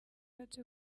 ashatse